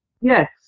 Yes